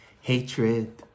hatred